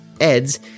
ed's